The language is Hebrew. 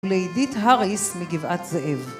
לידית הריס מגבעת זאב